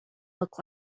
look